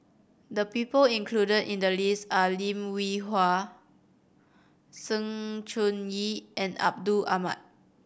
the people included in the list are Lim Hwee Hua Sng Choon Yee and Abdul Samad